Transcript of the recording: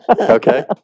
Okay